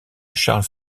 charles